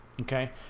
okay